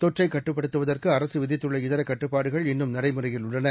தொற்றைக் கட்டுப்படுத்துவதற்குஅரகவிதித்துள்ள இதரகட்டுப்பாடுகள் இன்னும் நடைமுறையில் உள்ளன